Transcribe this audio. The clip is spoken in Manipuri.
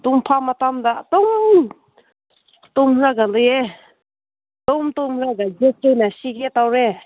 ꯇꯨꯝꯕ ꯃꯇꯝꯗ ꯑꯗꯨꯝ ꯇꯨꯝꯂꯒ ꯂꯩꯌꯦ ꯑꯗꯨꯝ ꯇꯨꯝꯂꯒ ꯌꯣꯠꯆꯩꯅ ꯁꯤꯒꯦ ꯇꯧꯔꯦ